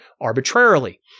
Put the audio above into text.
arbitrarily